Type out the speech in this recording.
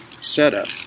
setup